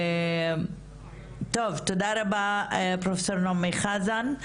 טוב, תודה רבה פרופסור נעמי חזן.